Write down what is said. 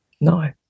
No